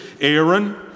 Aaron